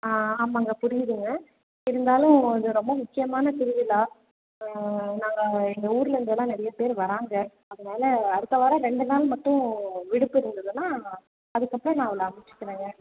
ஆ ஆமாம்ங்க புரியுதுங்க இருந்தாலும் இது ரொம்ப முக்கியமான திருவிழா நாங்கள் எங்கள் ஊரில் இருந்து எல்லாம் நிறைய பேர் வராங்க அதனால அடுத்த வாரம் ரெண்டு நாள் மட்டும் விடுப்பு இருந்ததுன்னா அதுக்கப்புறோம் நான் அவளை அனுப்பிச்சிக்கிறேங்க